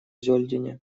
зёльдене